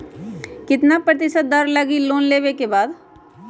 कितना प्रतिशत दर लगी लोन लेबे के बाद?